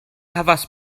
havas